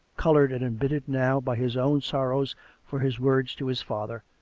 coloured and embittered now by his own sorrow for his words to his father,